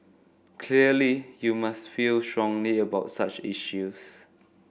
clearly you must feel strongly about such issues